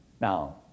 Now